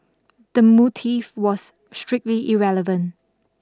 the motive was strictly irrelevant